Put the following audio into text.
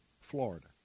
Florida